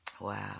Wow